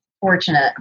fortunate